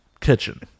kitchen